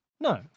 no